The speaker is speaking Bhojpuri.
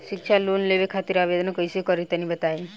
शिक्षा लोन लेवे खातिर आवेदन कइसे करि तनि बताई?